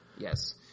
Yes